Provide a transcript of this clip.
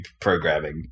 programming